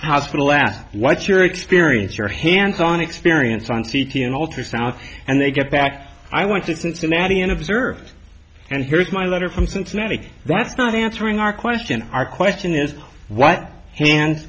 hospital ask what's your experience your hands on experience on the south and they get back i want to cincinnati and observed and here's my letter from cincinnati that's not answering our question our question is what hands